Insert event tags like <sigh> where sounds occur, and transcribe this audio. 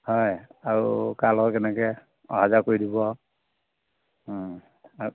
হয় আৰু <unintelligible> কেনেকে অহা যোৱা কৰি দিব আৰু